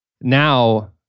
now